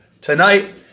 tonight